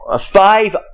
five